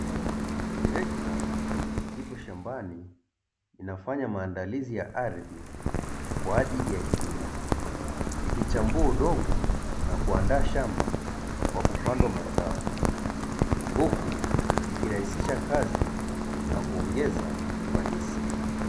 Trekta lipo shambani linafanya maandalizi ya ardhi kwa ajili ya kilimo likichambua udongo na kuandaa shamba kwa kupandwa mazao huku likirahisisha kazi na kuongeza ufanisi.